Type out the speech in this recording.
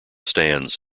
stands